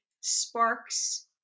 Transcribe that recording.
sparks